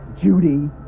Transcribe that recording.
Judy